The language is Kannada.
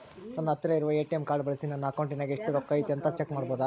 ನನ್ನ ಹತ್ತಿರ ಇರುವ ಎ.ಟಿ.ಎಂ ಕಾರ್ಡ್ ಬಳಿಸಿ ನನ್ನ ಅಕೌಂಟಿನಾಗ ಎಷ್ಟು ರೊಕ್ಕ ಐತಿ ಅಂತಾ ಚೆಕ್ ಮಾಡಬಹುದಾ?